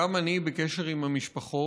גם אני בקשר עם המשפחות,